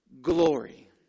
glory